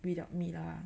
without me lah